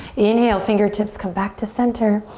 inhale fingertips come back to center.